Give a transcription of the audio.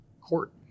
court